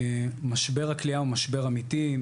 משבר הכליאה הוא משבר אמיתי,